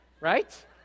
right